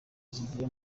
zivuye